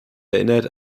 erinnert